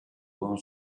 buon